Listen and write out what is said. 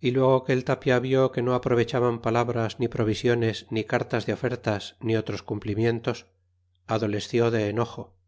y luego que el tapia vió que no aprovechaban palabras ni provisiones ni cartas de ofertas ni otros cumplimientos adolesció de enojo